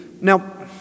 now